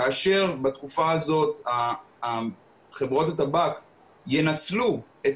כאשר בתקופה הזאת חברות הטבק ינצלו את